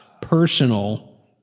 personal